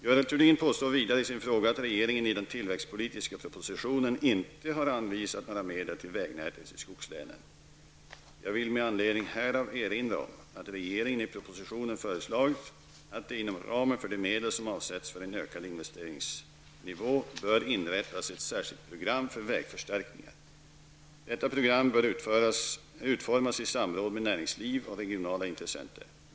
Görel Thurdin påstår vidare i sin fråga att regeringen i den tillväxtpolitiska propositionen inte har anvisat några medel till vägnätet i skogslänen. Jag vill med anledning härav erinra om att regeringen i propositionen föreslagit att det inom ramen för de medel som avsätts för en ökad investeringsnivå bör inrättas ett särskilt program för vägförstärkningar. Detta program bör utformas i samråd med näringsliv och regionala intressenter.